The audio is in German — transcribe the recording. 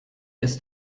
ist